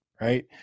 right